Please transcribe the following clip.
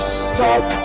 stop